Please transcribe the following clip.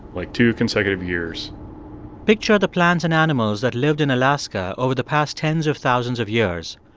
like two consecutive years picture the plants and animals that lived in alaska over the past tens of thousands of years.